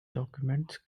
documents